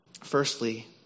Firstly